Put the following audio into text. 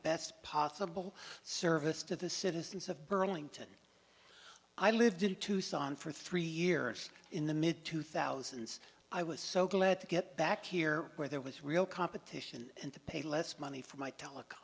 best possible service to the citizens of burlington i lived in tucson for three years in the mid two thousand i was so glad to get back here where there was real competition and to pay less money for my telecom